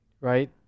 right